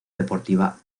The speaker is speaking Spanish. deportiva